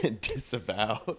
Disavow